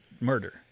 murder